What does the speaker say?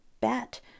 bat